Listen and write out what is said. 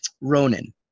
Ronan